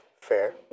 Fair